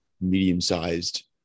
medium-sized